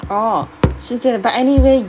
orh 是这个 but anyway